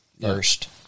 first